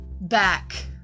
back